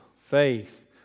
faith